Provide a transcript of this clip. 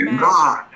God